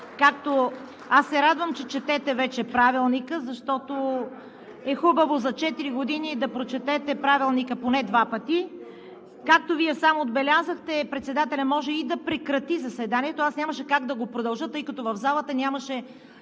Аз се радвам, че четете вече Правилника, защото е хубаво за четири години да прочетете Правилника поне два пъти. Както Вие сам отбелязахте, председателят може и да прекрати заседанието. Аз нямаше как да го продължа, тъй като в залата беше